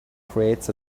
creates